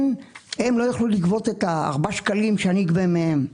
הם לא יוכלו לגבות את הארבעה שקלים שאני אגבה מהם.